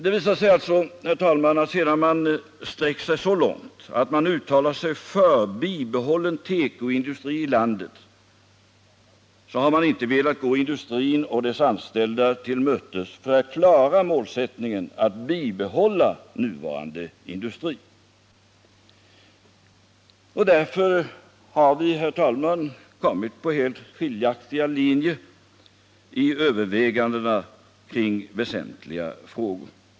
Det visar sig alltså, herr talman, att sedan man sträckt sig så långt att man uttalat sig för bibehållen tekoindustri i landet har man inte velat gå industrin och dess anställda till mötes för att klara målsättningen att bibehålla nuvarande industri, och därför har vi kommit på helt skiljaktiga linjer i övervägandena kring väsentliga frågor.